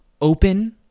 open